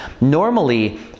Normally